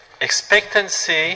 expectancy